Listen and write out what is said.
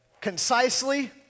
concisely